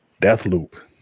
Deathloop